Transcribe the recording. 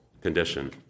condition